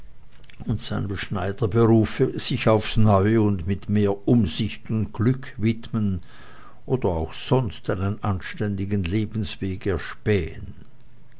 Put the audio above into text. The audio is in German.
und seinem schneiderberufe sich aufs neue und mit mehr umsicht und glück widmen oder auch sonst einen anständigen lebensweg erspähen